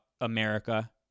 America